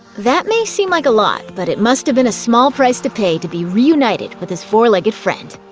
that may seem like a lot, but it must have been a small price to pay to be reunited with his four-legged friend.